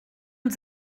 und